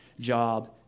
job